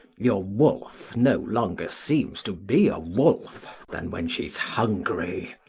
your wolf no longer seems to be a wolf than when she s hungry.